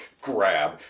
grab